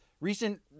Recent